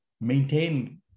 maintain